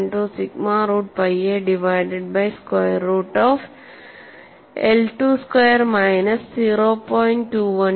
12 sigma root pi A divided by square root of I 2 square minus 0